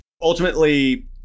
ultimately